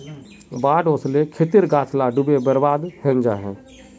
बाढ़ ओस्ले खेतेर गाछ ला डूबे बर्बाद हैनं जाहा